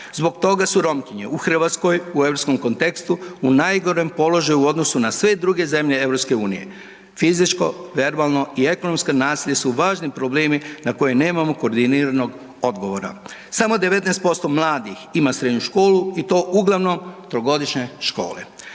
Zbog toga su Romkinje u Hrvatskoj u europskom kontekstu u najgorem položaju u odnosu na sve druge zemlje Europske unije. Fizičko, verbalno i ekonomsko nasilje su važni problemi na koje nemamo koordiniranog odgovora. Samo 19% mladih ima srednju školu i to uglavnom trogodišnje škole.